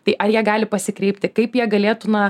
tai ar jie gali pasikreipti kaip jie galėtų na